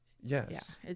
yes